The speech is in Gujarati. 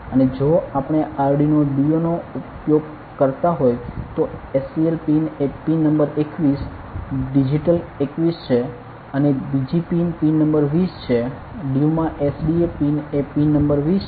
અને જો આપણે આરડ્યુનો ડ્યુ નો ઉપયોગ કરતા હોય તો SCL પિન એ પિન નંબર 21 ડિજિટલ 21 છે અને બીજી પિન પિન નંબર 20 છે ડ્યુમા SDA પિન એ પિન નંબર 20 છે